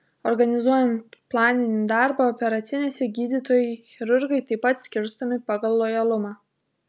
organizuojant planinį darbą operacinėse gydytojai chirurgai taip pat skirstomi pagal lojalumą